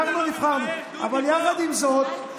יחד עם זאת,